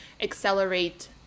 accelerate